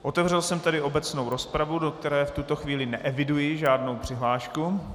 Otevřel jsem tedy obecnou rozpravu, do které v tuto chvíli neeviduji žádnou přihlášku.